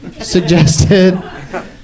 suggested